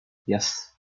yes